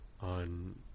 on